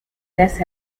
eres